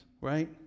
right